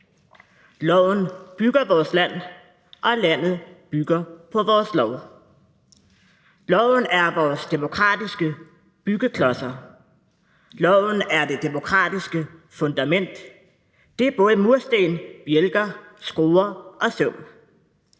Loven bygger vores land, og landet bygger på vores love. Loven er vores demokratiske byggeklodser, loven er det demokratiske fundament, det er både mursten, bjælker, skruer og søm.